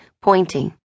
pointing